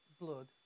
blood